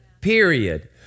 Period